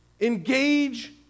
engage